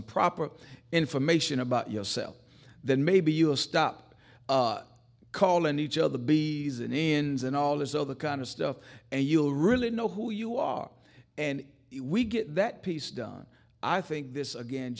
proper information about yourself then maybe you'll stop calling each other b s n n z and all this other kind of stuff and you'll really know who you are and we get that piece done i think this again